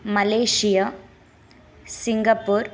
Malaysia Singapore